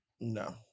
No